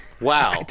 Wow